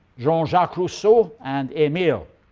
jean jacques rousseau and emile.